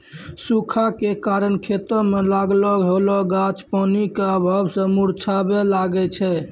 सूखा के कारण खेतो मे लागलो होलो गाछ पानी के अभाव मे मुरझाबै लागै छै